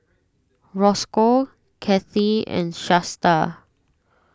Roscoe Cathie and Shasta